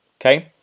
Okay